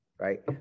Right